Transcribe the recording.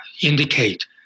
indicate